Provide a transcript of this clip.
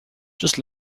just